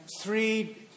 three